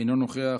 אינו נוכח,